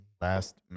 Last